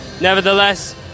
Nevertheless